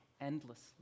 endlessly